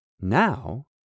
Now